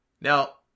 Now